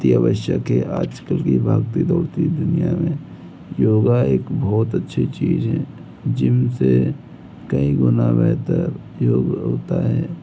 की आवश्यक के आजकल की भागती दौड़ती दुनिया में योगा एक बहुत अच्छी चीज़ है जिम से कई गुना बेहतर योग होता है